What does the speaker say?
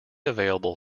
available